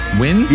win